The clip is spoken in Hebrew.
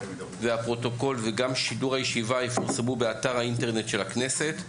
והפרוטוקול וגם שידור הישיבה יפורסמו באתר האינטרנט של הכנסת.